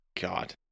God